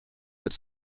but